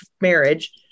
marriage